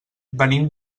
venim